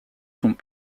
sont